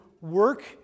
work